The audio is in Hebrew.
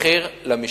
מחיר למשתכן.